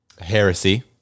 heresy